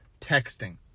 texting